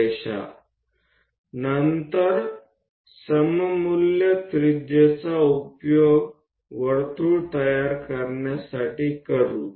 તેના સમકક્ષ જે ત્રિજ્યા થાય તે ત્રિજ્યાનો ઉપયોગ કરો અને એક વર્તુળ રચો